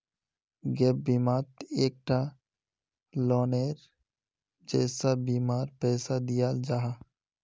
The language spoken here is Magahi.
गैप बिमात एक टा लोअनेर जैसा बीमार पैसा दियाल जाहा